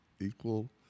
equal